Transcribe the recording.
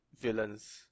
villains